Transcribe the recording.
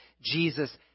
Jesus